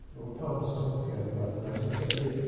lord palmerston in the early part of the nineteenth century,